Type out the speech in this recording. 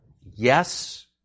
yes